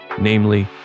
namely